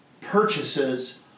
purchases